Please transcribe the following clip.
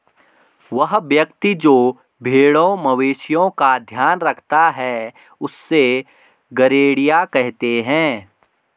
वह व्यक्ति जो भेड़ों मवेशिओं का ध्यान रखता है उससे गरेड़िया कहते हैं